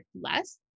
less